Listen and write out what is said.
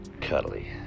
cuddly